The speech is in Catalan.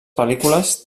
pel·lícules